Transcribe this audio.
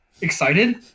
Excited